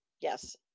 yes